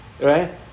Right